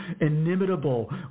inimitable